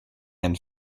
and